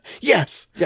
Yes